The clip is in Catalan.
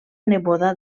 neboda